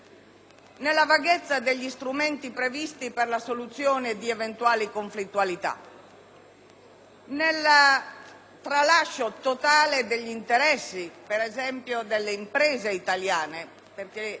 per la vaghezza degli strumenti previsti per la soluzione di eventuali conflittualità, nel tralasciare totalmente gli interessi, ad esempio, delle imprese italiane